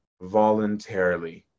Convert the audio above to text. voluntarily